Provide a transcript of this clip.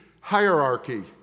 hierarchy